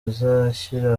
tuzashyira